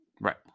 Right